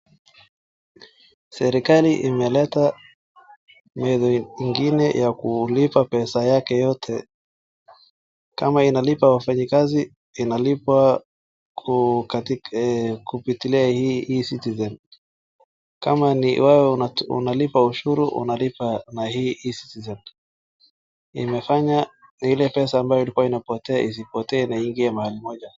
Serikali imeleta mbinu ingine ya kulipa pesa yake yote. Kama inalipa wafanyikazi, inalipa kupitilia hii eCitizen . Kama ni wewe unalipa ushuru unalipa na hii eCitizen , imefanya ile pesa ambayo ilikuwa inapotea isipotee na ingie mahali moja.